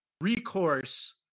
recourse